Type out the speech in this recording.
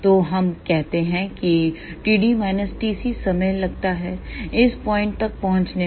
तो हम कहते हैं कि समय लगता है इस पॉइंट तक पहुँचने में